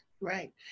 Right